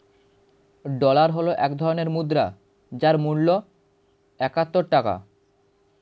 dollar হল এক ধরনের মুদ্রা যার মূল্য একাত্তর টাকা